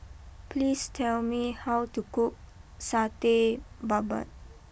please tell me how to cook Satay Babat